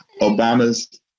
Obama's